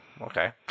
okay